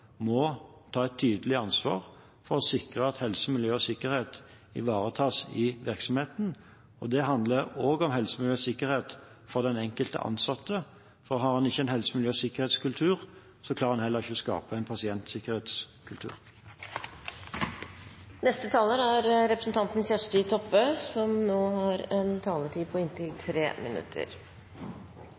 må ta et tydelig ansvar for å sikre at helse, miljø og sikkerhet ivaretas i virksomheten. Det handler også om helse, miljø og sikkerhet for den enkelte ansatte, for har en ikke en helse-, miljø- og sikkerhetskultur, klarer en heller ikke å skape en pasientsikkerhetskultur. Eg takkar for svaret. Eg er